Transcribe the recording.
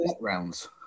rounds